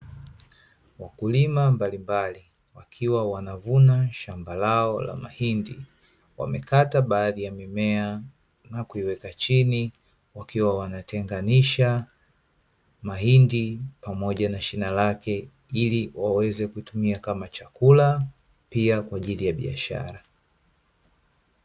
Wakulima mabalimbali wakiwa wanavuna shamba lao la mahindi, wamekata baadhi ya mimea na kuiweka chini wakiwa wanatenganisha mahindi pamoja na shina lake, ili waweze kutumia kama chakula pia kwa ajili ya biashara.